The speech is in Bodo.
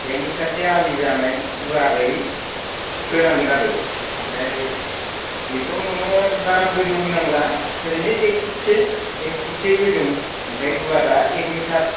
एक मिटारसे आलि जानाय गुवारै खोनांगोन आरो ओमफ्राय बेखौ नोङो बारा गोजौ होनांला ओरैनो एक पुटसे एक पुटसे गोजौ गुवारा एक मिटार